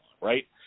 right